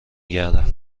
گردم